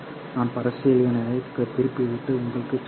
நான் பிரச்சினையைத் திருப்பிவிட்டு உங்களுக்குச் சொன்னால்